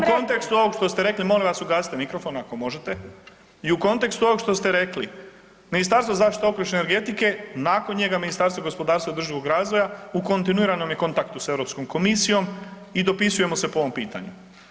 I u kontekstu ovog što ste rekli, molim vas ugasite mikrofon ako možete, i u kontekstu ovog što ste rekli, Ministarstvo zaštite okoliša i energetike, nakon njega Ministarstvo gospodarstva i održivog razvoja u kontinuiranom je kontaktu s Europskom komisijom i dopisujemo se po ovom pitanju.